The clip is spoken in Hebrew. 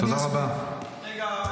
אדוני היושב-ראש,